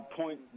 point